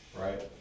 right